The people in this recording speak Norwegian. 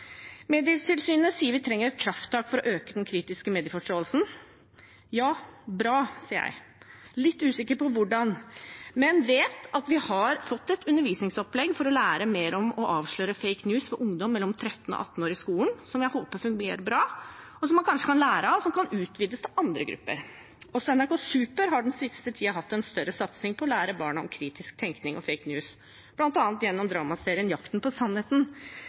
Medietilsynet sier vi trenger et krafttak for å øke den kritiske medieforståelsen. Ja, bra, sier jeg – litt usikker på hvordan, men jeg vet at vi har fått et undervisningsopplegg for å lære mer om å avsløre «fake news» for ungdom mellom 13 og 18 år i skolen, som jeg håper fungerer bra, som man kanskje kan lære av, og som kan utvides til andre grupper. Også NRK Super har den siste tiden hatt en større satsing på å lære barn om kritisk tenkning og «fake news», bl.a. gjennom dramaserien «Jakten på sannheten».